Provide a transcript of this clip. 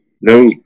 no